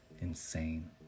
insane